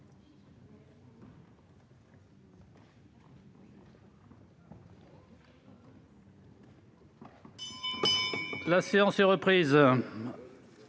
La séance est reprise.